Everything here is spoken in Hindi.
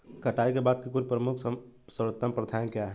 कटाई के बाद की कुछ प्रमुख सर्वोत्तम प्रथाएं क्या हैं?